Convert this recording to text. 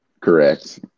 Correct